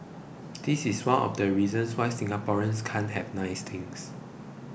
this is one of the reasons why Singaporeans can have nice things